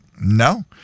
no